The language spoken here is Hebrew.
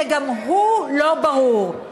שגם הוא לא ברור?